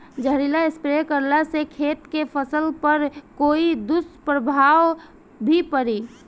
जहरीला स्प्रे करला से खेत के फसल पर कोई दुष्प्रभाव भी पड़ी?